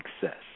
success